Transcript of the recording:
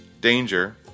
danger